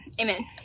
amen